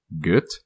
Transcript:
good